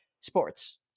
sports